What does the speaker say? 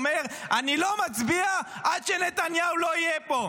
אומר: אני לא מצביע עד שנתניהו לא יהיה פה.